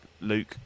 Luke